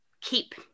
keep